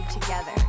together